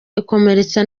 ikomeretsa